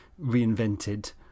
reinvented